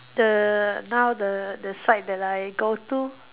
the now the the site that I go to